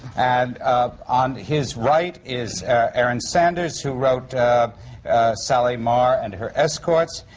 and on his right is erin sanders, who wrote sally marr and her escorts,